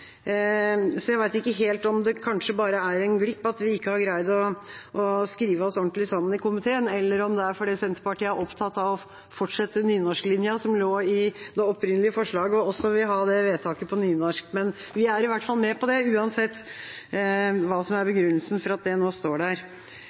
glipp at vi ikke har greid å skrive oss ordentlig sammen i komiteen, eller om det er fordi Senterpartiet er opptatt av å fortsette nynorsklinja som lå i det opprinnelige forslaget, og også vil ha dette vedtaket på nynorsk. Men vi er i hvert fall med på det, uansett hva som er